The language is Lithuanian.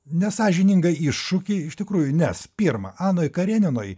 nesąžiningą iššūkį iš tikrųjų nes pirma anoj kareninoj